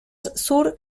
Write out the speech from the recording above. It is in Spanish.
sur